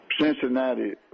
Cincinnati